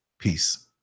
Peace